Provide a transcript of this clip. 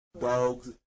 dogs